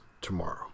tomorrow